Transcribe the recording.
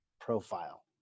profile